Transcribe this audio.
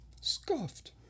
Scuffed